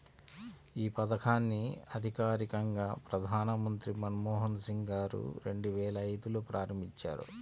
యీ పథకాన్ని అధికారికంగా ప్రధానమంత్రి మన్మోహన్ సింగ్ గారు రెండువేల ఐదులో ప్రారంభించారు